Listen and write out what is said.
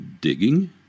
Digging